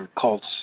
cults